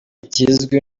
kizwi